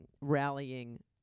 rallying